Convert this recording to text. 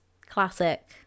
Classic